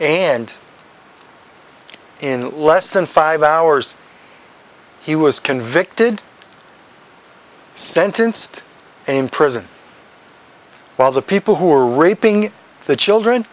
and in less than five hours he was convicted sentenced and in prison while the people who are raping the children